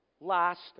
last